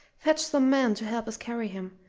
fetch some men to help us carry him.